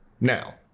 now